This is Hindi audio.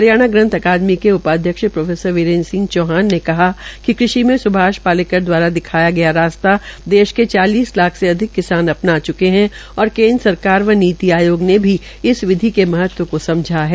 हरियाणा ग्रंथ अकादमी के उपाध्यक्ष प्रो वीरेन्द्र सिंह चौहान ने कहा कि कृषि मे स्भाष पालेकर द्वारा दिखाया गया रास्ता देश के चालीस लाख से अधिक किसान अपना च्के है और केन्द्र सरकार व नीति आयोग ने भी इस विधि के महत्व को समझा है